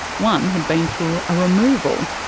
one had been through a removal,